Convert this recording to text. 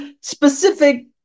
specific